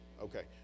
Okay